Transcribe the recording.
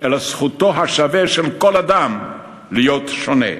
אלא זכותו השווה של כל אדם להיות שונה.